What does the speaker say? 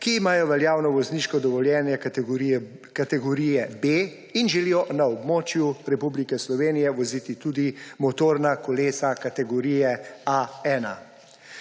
ki imajo veljavno vozniško dovoljenje kategorije B in želijo na območju Republike Slovenije voziti tudi motorna kolesa kategorije A1.